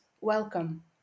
Welcome